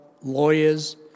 lawyers